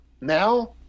Now